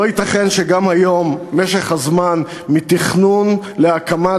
לא ייתכן שגם היום משך הזמן מתכנון עד הקמת